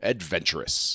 Adventurous